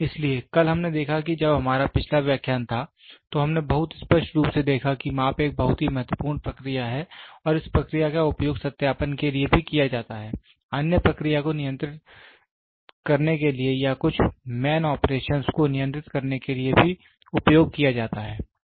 इसलिए कल हमने देखा कि जब हमारा पिछला व्याख्यान था तो हमने बहुत स्पष्ट रूप से देखा कि माप एक बहुत ही महत्वपूर्ण प्रक्रिया है और इस प्रक्रिया का उपयोग सत्यापन के लिए भी किया जाता है अन्य प्रक्रिया को नियंत्रित करने के लिए या कुछ मैन ऑपरेशंस को नियंत्रित करने के लिए भी उपयोग किया जाता है